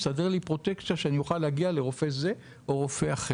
תסדר לי פרוטקציה כדי שאני אוכל להגיע לרופא כזה או אחר.